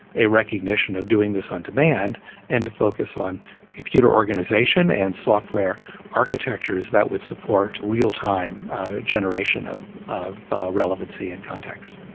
a recognition of doing this on demand and to focus on computer organization and software architectures that would support real-time generation of of relevancy and context